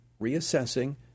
Reassessing